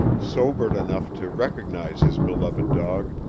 sobered enough to recognize his beloved dog,